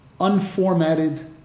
Unformatted